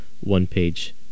one-page